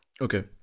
Okay